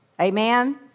Amen